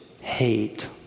hate